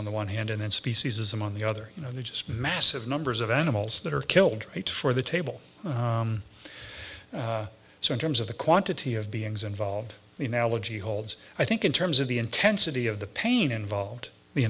on the one hand and speciesism on the other you know they're just massive numbers of animals that are killed right for the table so in terms of the quantity of beings involved the analogy holds i think in terms of the intensity of the pain involved the